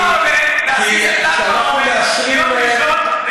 אם העלית את הנושא: כמה עולה להזיז את ל"ג בעומר מיום ראשון ליום שני?